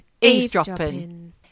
eavesdropping